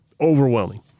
overwhelming